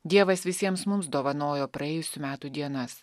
dievas visiems mums dovanojo praėjusių metų dienas